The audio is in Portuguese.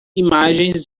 imagens